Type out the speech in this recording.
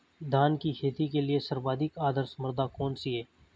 धान की खेती के लिए सर्वाधिक आदर्श मृदा कौन सी है?